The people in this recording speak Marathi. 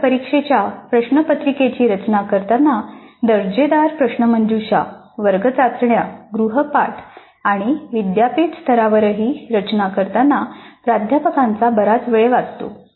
सत्रांत परिक्षेच्या प्रश्नपत्रिकेची रचना करताना दर्जेदार प्रश्नमंजुषा वर्ग चाचण्या गृहपाठ आणि विद्यापीठ स्तरावरही रचना करतांना प्राध्यापकांचा बराच वेळ वाचतो